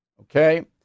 Okay